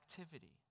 activity